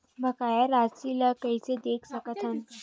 बकाया राशि ला कइसे देख सकत हान?